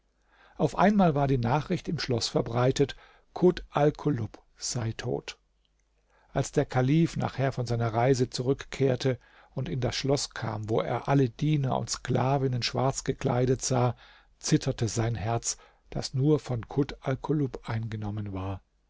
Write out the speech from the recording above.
auf einmal war die nachricht im schloß verbreitet kut alkulub seit tot als der kalif nachher von seiner reise zurückkehrte und in das schloß kam wo er alle diener und sklavinnen schwarz gekleidet sah zitterte sein herz das nur von kut alkulub eingenommen war